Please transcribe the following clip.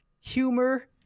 Humor